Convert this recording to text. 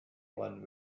one